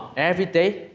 every day,